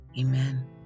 Amen